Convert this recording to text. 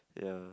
ya